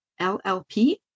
LLP